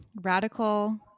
radical